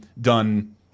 done